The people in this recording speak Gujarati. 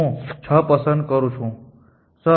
હું 6 પસંદ કરું છું